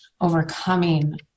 overcoming